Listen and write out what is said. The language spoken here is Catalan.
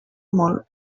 molt